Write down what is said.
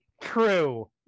true